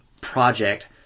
project